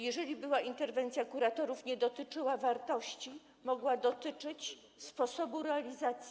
Jeżeli była interwencja kuratorów, nie dotyczyła wartości, mogła dotyczyć sposobu realizacji.